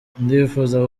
ndifuza